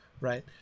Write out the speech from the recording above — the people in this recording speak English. right